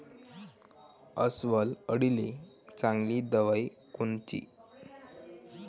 अस्वल अळीले चांगली दवाई कोनची?